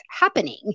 happening